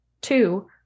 Two